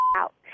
out